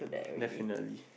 definitely